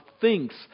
thinks